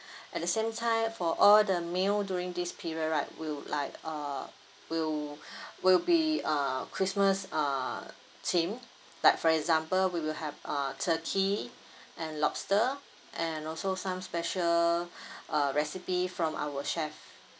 at the same time for all the meal during this period right will like uh will will be uh christmas ah theme like for example we will have uh turkey and lobster and also some special uh recipe from our chef